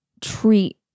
treat